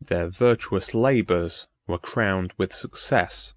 their virtuous labors were crowned with success